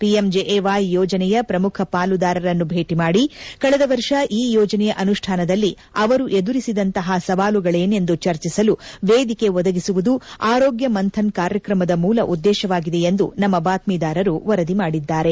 P M J A Y ಯೋಜನೆಯ ಪ್ರಮುಖ ಪಾಲುದಾರರನ್ನು ಭೇಟಿ ಮಾಡಿ ಕಳೆದ ವರ್ಷದಲ್ಲಿ ಈ ಯೋಜನೆಯ ಅನುಷ್ಟಾನದಲ್ಲಿ ಅವರು ಎದುರಿಸಿದಂತಹ ಸವಾಲುಗಳೇನೆಂದು ಚರ್ಚಿಸಲು ವೇದಿಕೆ ಒದಗಿಸುವುದು ಆರೋಗ್ಯ ಮಂಥನ್ ಕಾರ್ಯಕ್ರಮದ ಮೂಲ ಉದ್ದೇಶವಾಗಿದೆ ಎಂದು ನಮ್ನ ಬಾತ್ಷೀದಾರರು ವರದಿ ಮಾಡಿದ್ದಾರೆ